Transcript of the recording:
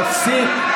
תפסיק.